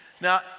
Now